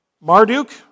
Marduk